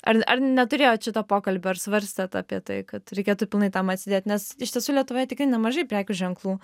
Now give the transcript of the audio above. ar ar neturėjot šito pokalbio ar svarstėt apie tai kad reikėtų pilnai tam atsidėt nes iš tiesų lietuvoje tikrai nemažai prekių ženklų